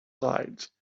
sides